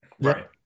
Right